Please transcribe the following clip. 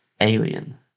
Alien